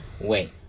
Wait